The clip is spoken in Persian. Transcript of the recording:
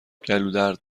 گلودرد